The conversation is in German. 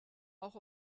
auch